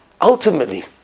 Ultimately